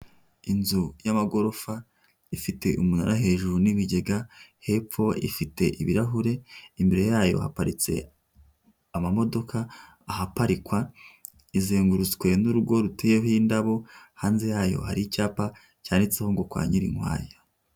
Inzu y'amagorofa, ifite umunara hejuru n'ibigega, hepfo ifite ibirahure, imbere yayo haparitse amamodoka ahaparikwa, izengurutswe n'urugo ruteyeho indabo, hanze yayo hari icyapa cyanditseho ngo kwa Nyirinkwaya.